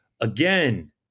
Again